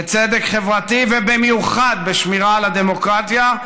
בצדק חברתי ובמיוחד בשמירה על הדמוקרטיה,